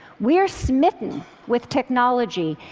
we're smitten with technology.